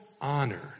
honor